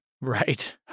Right